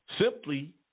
Simply